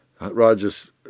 Roger's